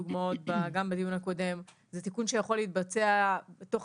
דוגמאות גם בדיון הקודם - הוא תיקון שיכול להתבצע תוך